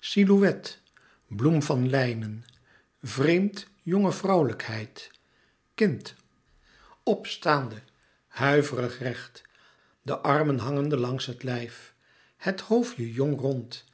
silhouet bloem van lijnen vreemd jonge vrouwelijkheid kind opstaande huiverig recht de armen hangende langs het lijf het hoofdje jong rond